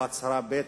או הצהרה ב',